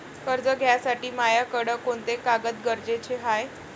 कर्ज घ्यासाठी मायाकडं कोंते कागद गरजेचे हाय?